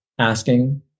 asking